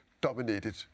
dominated